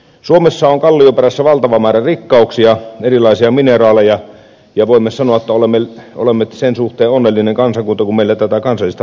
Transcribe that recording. suomessa on kallioperässä valtava määrä rikkauksia erilaisia mineraaleja ja voimme sanoa että olemme sen suhteen onnellinen kansakunta kun meillä tätä kansallista varallisuutta on